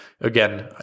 Again